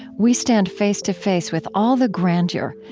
we stand face to face with all the grandeur,